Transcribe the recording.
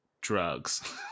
drugs